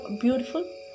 beautiful